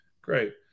great